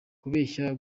kubeshya